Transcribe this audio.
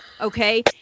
Okay